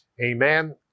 Amen